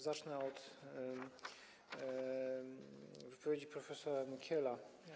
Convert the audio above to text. Zacznę od wypowiedzi prof. Nykiela.